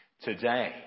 today